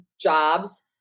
jobs